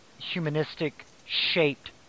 humanistic-shaped